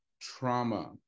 trauma